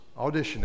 auditioning